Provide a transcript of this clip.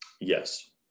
Yes